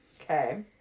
okay